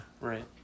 Right